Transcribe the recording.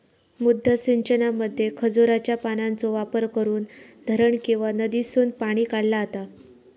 मुद्दा सिंचनामध्ये खजुराच्या पानांचो वापर करून धरण किंवा नदीसून पाणी काढला जाता